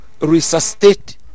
resuscitate